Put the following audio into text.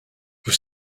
vous